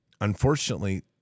Unfortunately